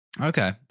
Okay